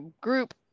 group